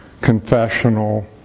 confessional